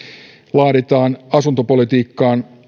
laaditaan asuntopolitiikkaan